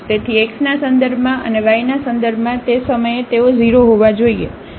તેથી x ના સંદર્ભમાં અને y ના સંદર્ભમાં તે સમયે તેઓ 0 હોવા જોઈએ